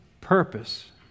purpose